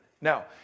Now